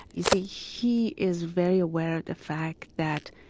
you see, he is very aware of the fact that,